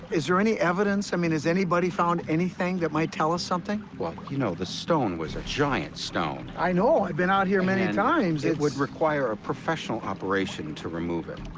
is there any evidence? i mean, has anybody found anything that might tell us something? well, you know, the stone was a giant stone. i know. i've been out here many and times. and it would require a professional operation to remove it.